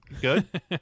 Good